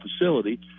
facility